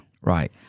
Right